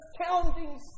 astounding